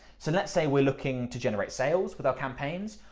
so let's say we're looking to generate sales with our campaigns.